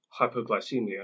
hypoglycemia